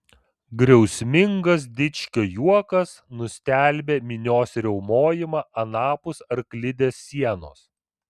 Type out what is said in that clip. griausmingas dičkio juokas nustelbė minios riaumojimą anapus arklidės sienos